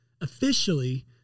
officially